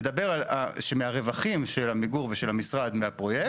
מדבר שמהרווחים של עמיגור ושל המשרד מהפרויקט,